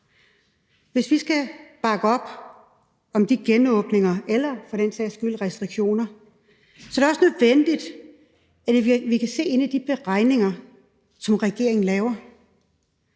Hvis vi skal bakke op om de genåbninger eller for den sags skyld restriktioner, er det også nødvendigt, at vi kan se ind i de beregninger, som regeringen laver.